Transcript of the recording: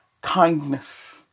kindness